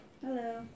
Hello